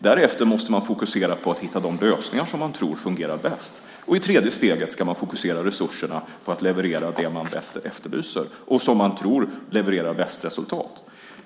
Därefter måste man fokusera på att hitta de lösningar man tror fungerar bäst. I tredje steget ska man fokusera resurserna på att leverera det som efterlyses och som man tror ger bäst resultat.